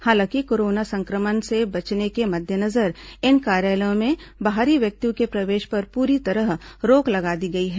हालांकि कोरोना संक्रमण से बचाव के मद्देनजर इन कार्यालयों में बाहरी व्यक्तियों के प्रवेश पर प्ररी तरह रोक लगा दी गई है